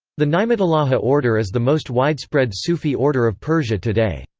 the ni'matullahi order is the most widespread sufi order of persia today.